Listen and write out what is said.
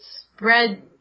spread